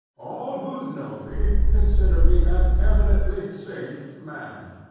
all who know me, consider me an eminently safe man.